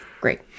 great